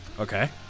Okay